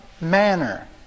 manner